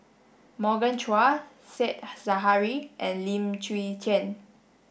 Morgan Chua Said Zahari and Lim Chwee Chian